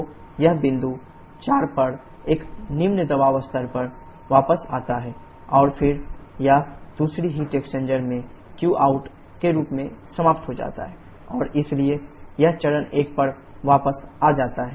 तो यह बिंदु 4 पर एक निम्न दबाव स्तर पर वापस आता है और फिर यह दूसरी हीट एक्सचेंजर में qout के रूप में समाप्त हो जाता है और इसलिए यह चरण 1 पर वापस जा सकता है